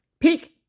Pick